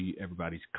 everybody's